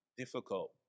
difficult